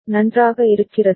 நன்றாக இருக்கிறதா